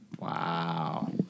Wow